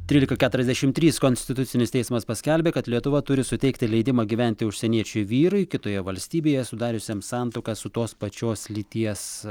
trylika keturiasdešim trys konstitucinis teismas paskelbė kad lietuva turi suteikti leidimą gyventi užsieniečiui vyrui kitoje valstybėje sudariusiam santuoką su tos pačios lyties